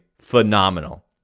phenomenal